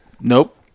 nope